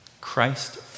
Christ